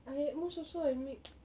I most also make